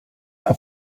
hop